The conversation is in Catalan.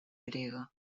grega